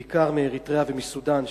בעיקר מאריתריאה ומסודן,